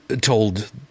told